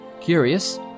Curious